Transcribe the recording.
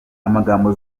amagambo